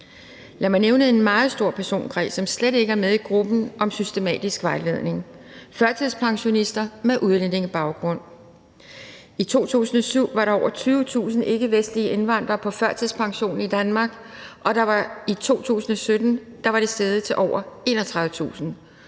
Lad mig nævne en meget stor personkreds, som slet ikke er med i gruppen for systematisk vejledning: førtidspensionister med udenlandsk baggrund. I 2007 var der over 20.000 ikkevestlige indvandrere på førtidspension i Danmark, og i 2017 var det steget til over 31.000.